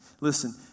Listen